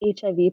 HIV